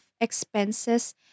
expenses